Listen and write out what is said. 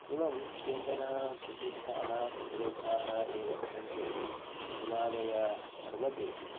एवं केचन प्रसिद्धाः प्रदेशाः ये वर्तन्ते हिमालयपर्वतेषु